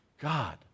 God